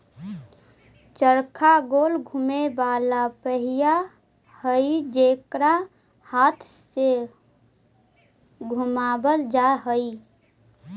चरखा गोल घुमें वाला पहिया हई जेकरा हाथ से घुमावल जा हई